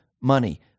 money